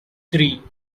three